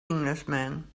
englishman